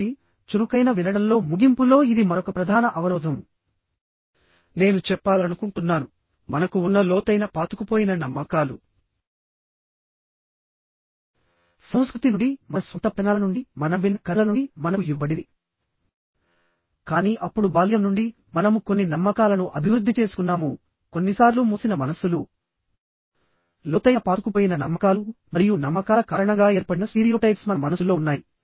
కాబట్టి చురుకైన వినడంలో ముగింపు లో ఇది మరొక ప్రధాన అవరోధం నేను చెప్పాలనుకుంటున్నాను మనకు ఉన్న లోతైన పాతుకుపోయిన నమ్మకాలు సంస్కృతి నుండి మన స్వంత పఠనాల నుండి మనం విన్న కథల నుండి మనకు ఇవ్వబడింది కానీ అప్పుడు బాల్యం నుండి మనము కొన్ని నమ్మకాలను అభివృద్ధి చేసుకున్నాము కొన్నిసార్లు మూసిన మనస్సులు లోతైన పాతుకుపోయిన నమ్మకాలు మరియు నమ్మకాల కారణంగా ఏర్పడిన స్టీరియోటైప్స్ మన మనసు లో ఉన్నాయి